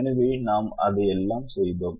எனவே நாம் அதையெல்லாம் செய்தோம்